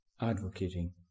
advocating